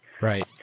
Right